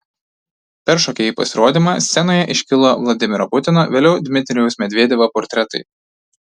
per šokėjų pasirodymą scenoje iškilo vladimiro putino vėliau dmitrijaus medvedevo portretai